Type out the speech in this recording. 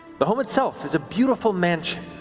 the home itself is a beautiful mansion,